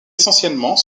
essentiellement